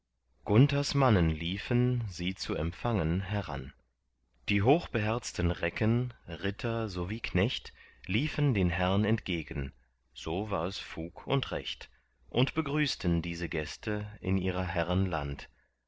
gunthers mannen liefen sie zu empfangen heran die hochbeherzten recken ritter sowie knecht liefen den herrn entgegen so war es fug und recht und begrüßten diese gäste in ihrer herren land